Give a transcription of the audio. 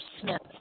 Smith